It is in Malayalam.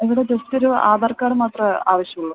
ഇവിടെ ജസ്റ്റ് ഒരു ആധാർ കാർഡ് മാത്രമേ ആവശ്യമുള്ളൂ